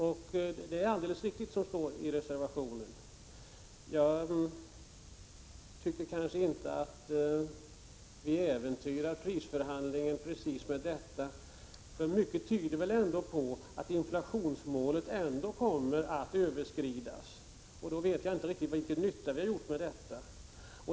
Det är alltså alldeles riktigt som det står i reservationen. Jag kan inte inse att vi härigenom äventyrar prisförhandlingarna. Mycket tyder väl ändå på att inflationsmålet i alla fall kommer att överskridas.